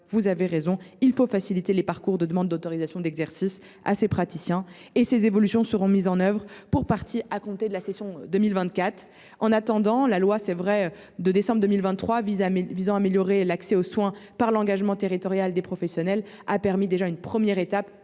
envisagée pour faciliter le parcours de demande d’autorisation d’exercice de ces praticiens. Ces évolutions seront mises en œuvre pour partie à compter de la session 2024. En attendant, la loi du 27 décembre 2023 visant à améliorer l’accès aux soins par l’engagement territorial des professionnels a permis une première réforme